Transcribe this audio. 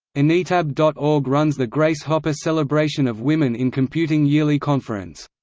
anitab dot org runs the grace hopper celebration of women in computing yearly conference.